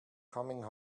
coming